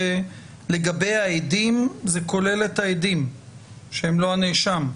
לגבי העדים זה כולל את העדים הם לא הנאשם.